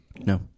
No